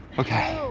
okay,